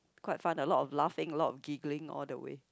quite fun a lot of laughing a lot of giggling all the way